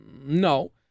No